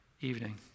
evening